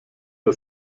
der